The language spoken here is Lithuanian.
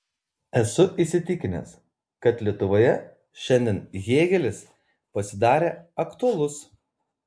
esu įsitikinęs kad lietuvoje šiandien hėgelis pasidarė aktualus